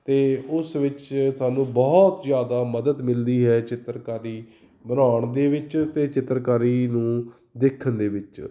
ਅਤੇ ਉਸ ਵਿੱਚ ਸਾਨੂੰ ਬਹੁਤ ਜ਼ਿਆਦਾ ਮਦਦ ਮਿਲਦੀ ਹੈ ਚਿੱਤਰਕਾਰੀ ਬਣਾਉਣ ਦੇ ਵਿੱਚ ਅਤੇ ਚਿੱਤਰਕਾਰੀ ਨੂੰ ਦੇਖਣ ਦੇ ਵਿੱਚ